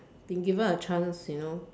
been given a chance you know